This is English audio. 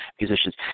musicians